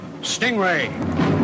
Stingray